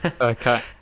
okay